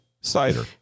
cider